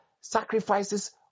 sacrifices